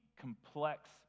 complex